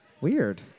weird